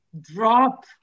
drop